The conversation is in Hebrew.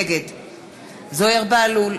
נגד זוהיר בהלול,